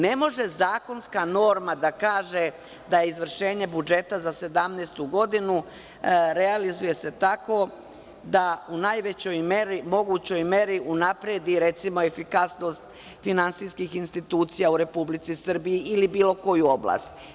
Ne može zakonska norma da kaže da se izvršenje budžeta za 2017. godinu realizuje tako da u najvećoj mogućoj meri unapredi recimo, efikasnost finansijskih institucija u Republici Srbiji ili bilo koju oblast.